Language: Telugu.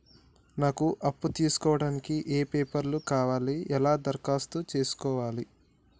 నాకు అప్పు తీసుకోవడానికి ఏ పేపర్లు కావాలి ఎలా దరఖాస్తు చేసుకోవాలి?